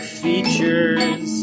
features